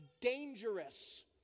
dangerous